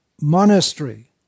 monastery